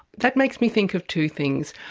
that makes me think of two things.